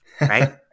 right